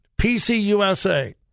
PCUSA